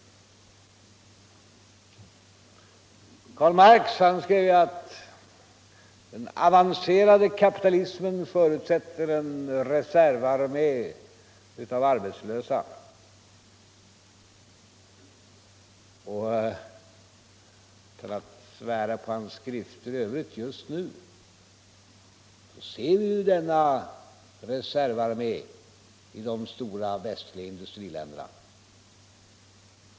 Karl Marx har skrivit att den avancerade kapitalismen förutsätter en reservarmé av arbetslösa. Inte för att jag vill svära på hans skrifter i övrigt, men just nu ser vi ju denna reservarmé i de stora västliga industriländerna.